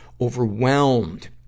overwhelmed